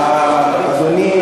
אדוני,